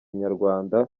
inyarwanda